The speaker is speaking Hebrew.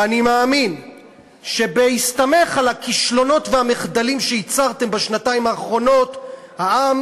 ואני מאמין שבהסתמך על הכישלונות והמחדלים שייצרתם בשנתיים האחרונות העם